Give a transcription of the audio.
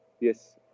Yes